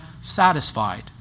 satisfied